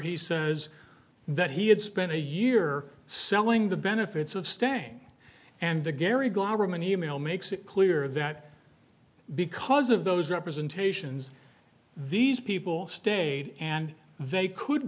he says that he had spent a year selling the benefits of stang and the gary glowworm an email makes it clear that because of those representations these people stayed and they could